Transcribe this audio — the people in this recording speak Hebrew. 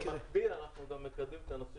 במקביל אנחנו מקדמים את נושא